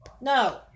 no